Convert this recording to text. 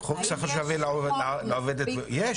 יש,